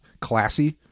classy